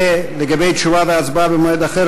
ולגבי תשובה והצבעה במועד אחר,